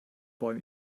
bäume